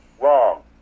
wrong